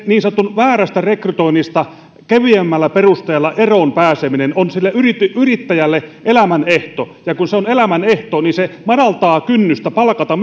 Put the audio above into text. niin sanotusta väärästä rekrytoinnista keveämmillä perusteilla eroon pääseminen on sille yrittäjälle yrittäjälle elämänehto ja kun se on elämänehto niin se madaltaa kynnystä palkata